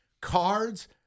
Cards